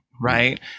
right